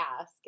ask